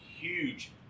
huge